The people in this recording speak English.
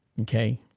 Okay